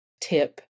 tip